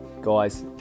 Guys